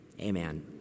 Amen